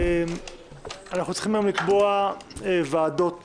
אנחנו צריכים היום לקבוע ועדות